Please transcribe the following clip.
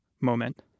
moment